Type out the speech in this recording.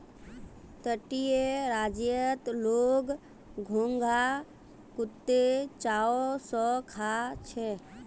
तटीय राज्यत लोग घोंघा कत्ते चाव स खा छेक